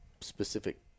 specific